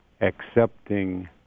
accepting